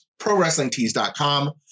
prowrestlingtees.com